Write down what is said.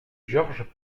georges